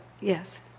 Yes